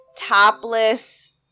Topless